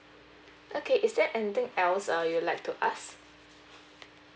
okay is there anything else uh you'd like to ask